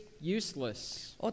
useless